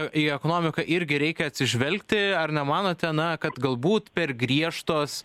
į ekonomiką irgi reikia atsižvelgti ar nemanote na kad galbūt per griežtos